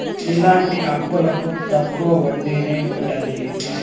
ఇలాంటి అప్పులకు తక్కువ వడ్డీనే ఉంటది